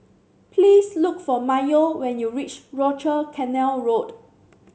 please look for Mayo when you reach Rochor Canal Road